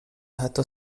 حتی